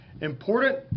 Important